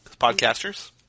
Podcasters